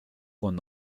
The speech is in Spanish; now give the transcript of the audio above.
con